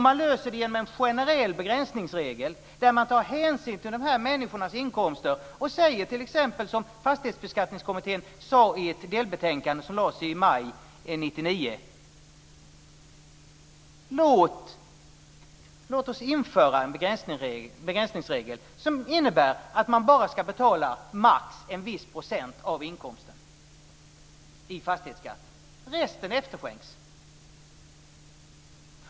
Man löser det genom en generell begränsningsregel varvid man tar hänsyn till de här människornas inkomster och säger som Fastighetsbeskattningskommittén sagt i ett delbetänkande som lades fram i maj 1999: Låt oss införa en begränsningsregel som innebär att man bara ska betala maximalt en viss procent av inkomsten i fastighetsskatt. Resten efterskänks.